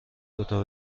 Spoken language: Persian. دوتا